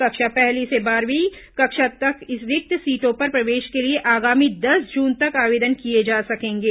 कक्षा पहली से बारहवीं कक्षा तक रिक्त सीटों पर प्रवेश के लिए आगामी दस जून तक आवेदन किए जा सकेंगे